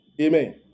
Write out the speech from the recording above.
Amen